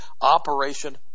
Operation